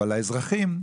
אבל האזרחים,